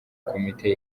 komite